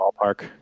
ballpark